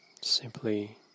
Simply